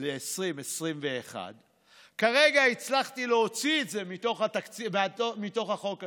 ל-2021 כרגע הצלחתי להוציא את זה מתוך החוק עצמו.